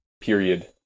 period